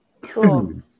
Cool